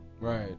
Right